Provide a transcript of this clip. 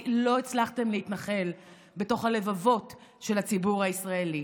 כי לא הצלחתם להתנחל בתוך הלבבות של הציבור הישראלי.